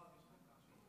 אגב, צריך להגיד